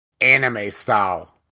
anime-style